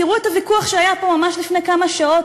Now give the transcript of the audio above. תראו את הוויכוח שהיה פה ממש לפני כמה שעות